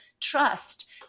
trust